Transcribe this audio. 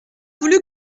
voulu